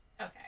Okay